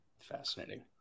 Fascinating